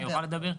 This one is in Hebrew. אוכל גם לדבר?